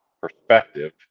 perspective